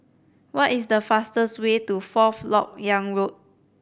what is the fastest way to Fourth Lok Yang Road